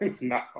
No